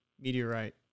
meteorite